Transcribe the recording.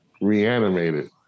reanimated